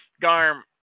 Garm